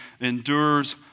endures